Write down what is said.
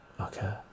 okay